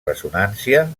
ressonància